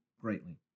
greatly